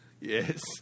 yes